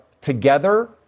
together